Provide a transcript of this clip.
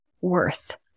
worth